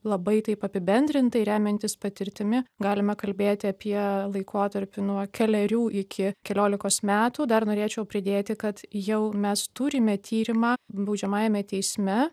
labai taip apibendrintai remiantis patirtimi galime kalbėti apie laikotarpį nuo kelerių iki keliolikos metų dar norėčiau pridėti kad jau mes turime tyrimą baudžiamajame teisme